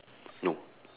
no